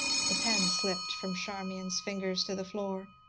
the pen slipped from charmian's fingers to the floor,